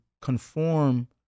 conform